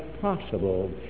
possible